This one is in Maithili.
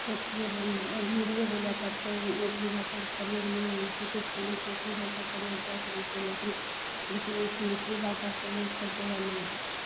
ठेठिए बोल हिन्दिए बोले पड़तै मैथिली भाषाके प्रयोग किछु मैथिली भाषाके प्रयोग कै सकै छिए लेकिन एहिसे मैथिली भाषाके प्रयोग सब जगह नहि होइ छै